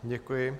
Děkuji.